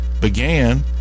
began